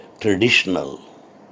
traditional